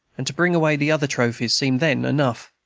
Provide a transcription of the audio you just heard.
and to bring away the other trophies seemed then enough.